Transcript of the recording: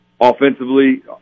Offensively